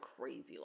crazy